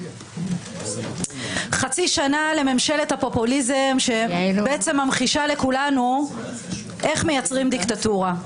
חצי שנה לממשלת הפופוליזם שממחישה לכולנו איך מייצרים דיקטטורה.